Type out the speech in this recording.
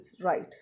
right